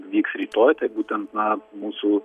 vyks rytoj būtent na mūsų